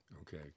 Okay